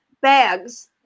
bags